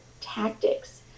tactics